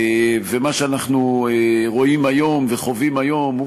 ומה שאנחנו רואים היום וחווים היום הוא